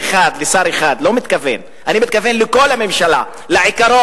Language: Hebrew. את כל המערך המתוקשר של הכיבוי.